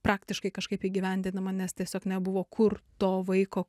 praktiškai kažkaip įgyvendinama nes tiesiog nebuvo kur to vaiko